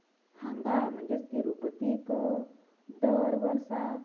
हांगा म्हणजे तिरुपतीक दर वर्साक